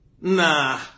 nah